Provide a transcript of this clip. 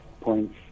points